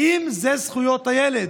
האם זה זכויות הילד?